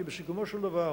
כי בסיכומו של דבר